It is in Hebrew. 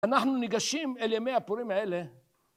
אנחנו ניגשים אל ימי הפורים האלה